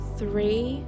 three